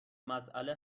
مسئله